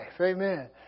Amen